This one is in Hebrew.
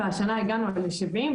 והשנה הגענו לשבעים,